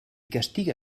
castiga